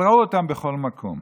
אבל ראו אותם בכל מקום.